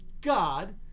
God